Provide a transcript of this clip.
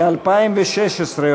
ל-2016,